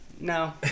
No